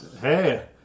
Hey